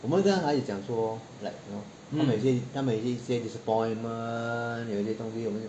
我们会跟孩子讲说 like you know 他们有一些他们有一些 disappointment 有一些东西我们就